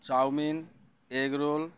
chowmein egg role